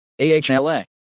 AHLA